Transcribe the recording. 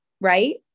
right